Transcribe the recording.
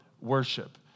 worship